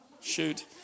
shoot